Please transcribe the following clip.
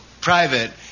private